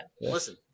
Listen